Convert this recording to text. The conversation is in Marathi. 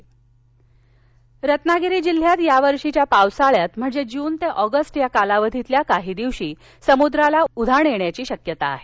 उधाण इशारा रत्नागिरी रत्नागिरी जिल्ह्यात यावर्षीच्या पावसाळ्यात म्हणजे जून ते ऑगस्ट या कालावधीतील काही दिवशी समुद्राला उधाण येण्याची शक्यता आहे